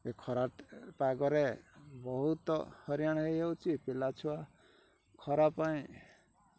ଏ ଖରା ପାଗରେ ବହୁତ ହଇରାଣ ହେଇଯାଉଛି ପିଲା ଛୁଆ ଖରା ପାଇଁ